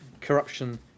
corruption